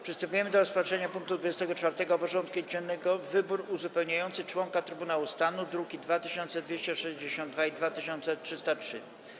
Przystępujemy do rozpatrzenia punktu 24. porządku dziennego: Wybór uzupełniający członka Trybunału Stanu (druki nr 2262 i 2303)